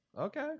Okay